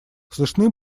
слышны